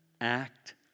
act